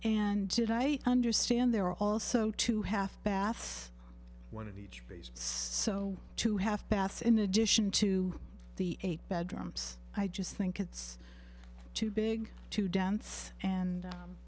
and did i understand there are also two half baths one of each base so two half baths in addition to the eight bedrooms i just think it's too big to dance and